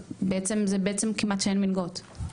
אז בעצם כמעט שאין מלגות.